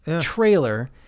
trailer